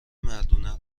مردونه